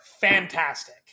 fantastic